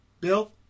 Bill